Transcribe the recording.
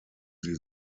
sie